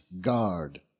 guard